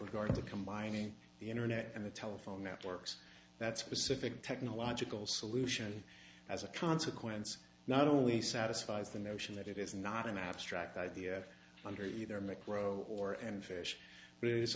regard to combining the internet and the telephone networks that specific technological solution as a consequence not only satisfies the notion that it is not an abstract idea under either micro or and fish but it